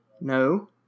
No